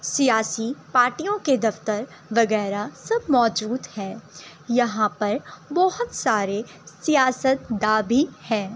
سیاسی پارٹیوں کے دفتر وغیرہ سب موجود ہیں یہاں پر بہت سارے سیاست داں بھی ہیں